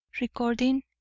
Recording